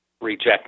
reject